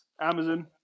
Amazon